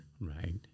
Right